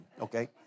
okay